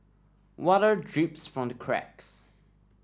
water drips from the cracks